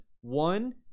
one